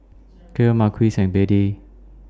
Kacie Marquis and Beadie